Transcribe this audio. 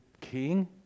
king